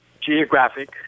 geographic